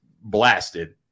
blasted